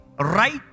right